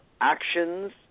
actions